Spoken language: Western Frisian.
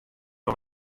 oan